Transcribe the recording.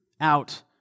out